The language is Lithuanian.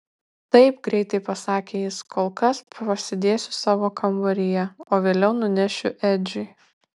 taip greitai pasakė jis kol kas pasidėsiu savo kambaryje o vėliau nunešiu edžiui